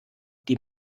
die